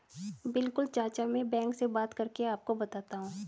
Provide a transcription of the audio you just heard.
बिल्कुल चाचा में बैंक से बात करके आपको बताता हूं